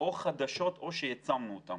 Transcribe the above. שהן חדשות או שהעצמנו אותן.